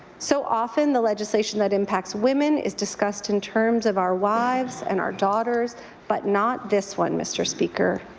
so often the legislation that impacts women is discussed in terms of our wives and our daughters but not this one, mr. speaker.